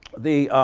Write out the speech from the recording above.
the